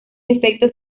efecto